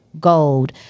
gold